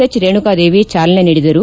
H Renukadevi ಚಾಲನೆ ನೀಡಿದರು